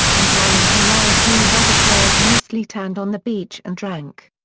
and while in hawaii he and other players mostly tanned on the beach and drank.